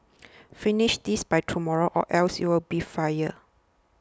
finish this by tomorrow or else you'll be fired